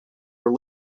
were